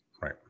Right